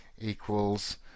equals